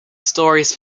stories